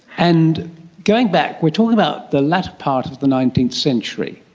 and going back, we're talking about the latter part of the nineteenth century,